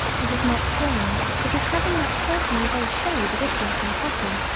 this is not strange because having that certainly does show the difference in cutting,